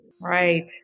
right